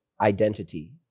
identity